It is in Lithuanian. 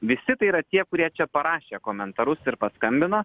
visi tai yra tie kurie čia parašė komentarus ir paskambino